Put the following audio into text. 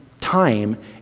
time